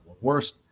worse